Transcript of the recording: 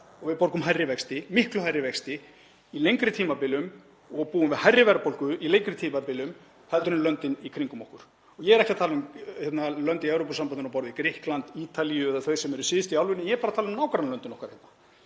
og við borgum hærri vexti, miklu hærri vexti á lengri tímabilum og búum við hærri verðbólgu á lengri tímabilum heldur en löndin í kringum okkur. Ég er ekki að tala um lönd í Evrópusambandinu á borð við Grikkland, Ítalíu eða þau sem eru syðst í álfunni, ég er bara að tala um nágrannalöndin okkar. Mér